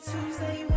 Tuesday